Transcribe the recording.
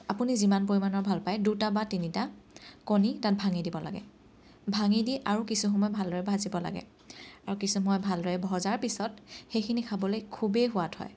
আপুনি যিমান পৰিমাণৰ ভাল পায় দুটা বা তিনিটা কণী তাত ভাঙি দিব লাগে ভাঙি দি আৰু কিছুসময় ভালদৰে ভাজিব লাগে আৰু কিছুসময় ভালদৰে ভজাৰ পিছত সেইখিনি খাবলৈ খুবেই সোৱাদ হয়